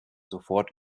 sofort